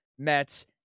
Mets